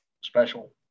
special